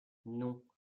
non